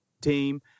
team